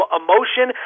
emotion